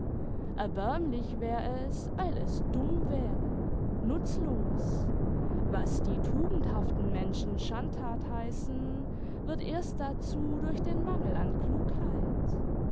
erbärmlich wär es weil es dumm wäre nutzlos was die tugendhaften menschen schandthat heißen wird erst dazu durch den mangel an klugheit